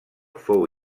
fou